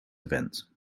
event